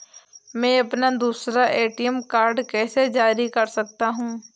मैं अपना दूसरा ए.टी.एम कार्ड कैसे जारी कर सकता हूँ?